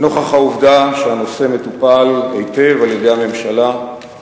נוכח העובדה שהנושא מטופל היטב על-ידי הממשלה אני